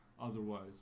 otherwise